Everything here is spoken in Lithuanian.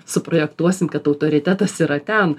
suprojektuosim kad autoritetas yra ten